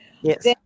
Yes